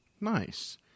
nice